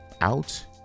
out